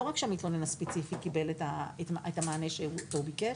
לא רק שהמתלונן הספציפי קיבל את המענה אותו הוא ביקש,